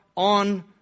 on